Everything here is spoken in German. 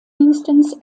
houstons